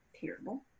terrible